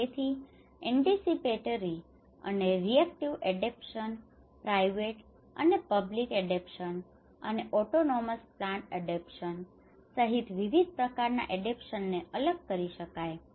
તેથી એન્ટીસિપીટેરી અને reactive adaptation private અને પબ્લિક એડેપ્ટેશન અને ઓટોનોમસ પ્લાન્ડ એડેપ્ટેશન સહિત વિવિધ પ્રકારનાં એડેપ્ટેશન ને અલગ કરી શકાય છે